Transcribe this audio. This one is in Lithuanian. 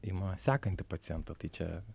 ima sekantį pacientą tai čia